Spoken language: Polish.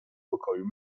pokoju